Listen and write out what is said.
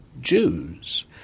Jews